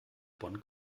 bonn